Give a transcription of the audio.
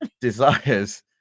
desires